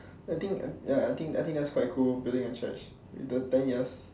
I think ya I think I think that's quite cool building a church in the ten years